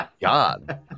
God